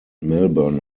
melbourne